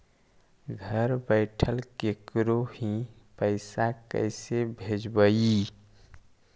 घर बैठल केकरो ही पैसा कैसे भेजबइ?